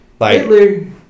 Hitler